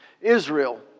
Israel